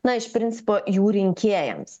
na iš principo jų rinkėjams